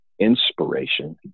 inspiration